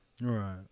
Right